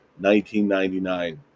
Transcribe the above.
1999